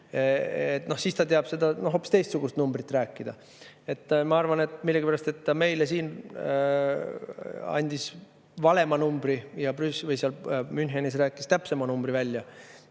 Siis ta teab hoopis teistsugust numbrit öelda. Ma arvan millegipärast, et ta meile siin andis vale numbri ja seal Münchenis rääkis täpsema numbri välja,